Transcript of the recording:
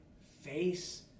face